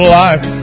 life